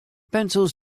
pencils